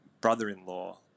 brother-in-law